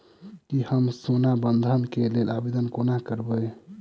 की हम सोना बंधन कऽ लेल आवेदन कोना करबै?